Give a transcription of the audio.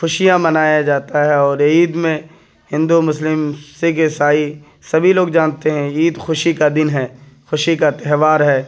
خوشیاں منایا جاتا ہے اور عید میں ہندو مسلم سکھ عیسائی سبھی لوگ جانتے ہیں عید خوشی کا دن ہے خوشی کا تہوار ہے